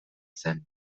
zen